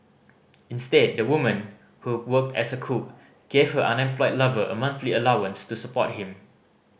instead the woman who worked as a cook gave her unemployed lover a monthly allowance to support him